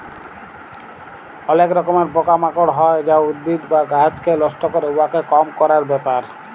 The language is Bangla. অলেক রকমের পকা মাকড় হ্যয় যা উদ্ভিদ বা গাহাচকে লষ্ট ক্যরে, উয়াকে কম ক্যরার ব্যাপার